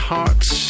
Hearts